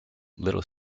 little